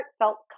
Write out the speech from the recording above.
Heartfelt